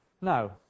Now